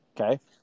Okay